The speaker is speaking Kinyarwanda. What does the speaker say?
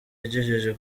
yagejeje